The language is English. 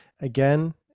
again